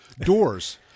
Doors